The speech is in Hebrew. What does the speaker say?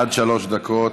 עד שלוש דקות.